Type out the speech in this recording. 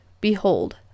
Behold